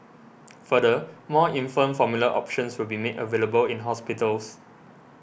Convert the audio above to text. further more infant formula options will be made available in hospitals